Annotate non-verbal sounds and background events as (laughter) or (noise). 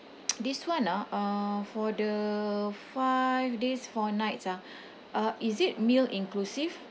(noise) this [one] ah uh for the five days four nights ah (breath) uh is it meal inclusive